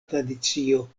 tradicio